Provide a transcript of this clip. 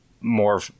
more